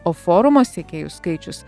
o forumo sekėjų skaičius